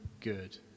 good